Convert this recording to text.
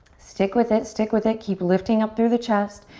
stick with it, stick with it. keep lifting up through the chest.